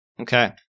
Okay